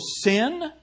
sin